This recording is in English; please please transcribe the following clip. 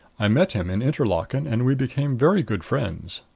i met him in interlaken and we became very good friends.